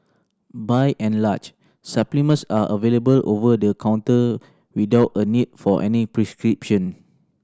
by and large supplements are available over the counter without a need for any prescription